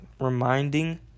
reminding